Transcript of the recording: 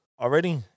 already